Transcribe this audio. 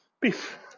Beef